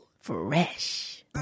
Fresh